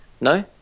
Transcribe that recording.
no